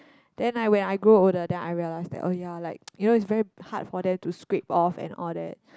then I when I grow older then I realized that oh ya like you know it's very hard for them to scrape off and all that